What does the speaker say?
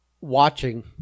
watching